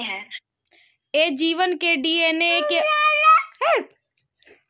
जे जीव के डी.एन.ए कें आनुवांशिक इंजीनियरिंग सं बदलि देल जाइ छै, ओ जी.एम कहाबै छै